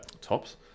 tops